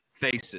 faces